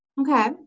Okay